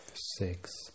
six